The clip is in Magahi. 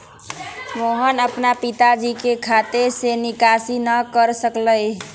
मोहन अपन पिताजी के खाते से निकासी न कर सक लय